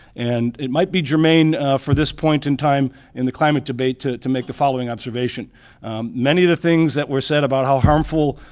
and it might be germane for this point in time in the climate debate to to make the following observation many of the things that were said about how harmful,